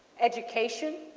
education,